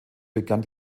begann